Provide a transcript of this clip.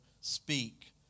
speak